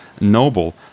noble